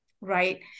right